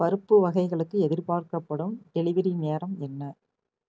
பருப்பு வகைகளுக்கு எதிர்பார்க்கப்படும் டெலிவரி நேரம் என்ன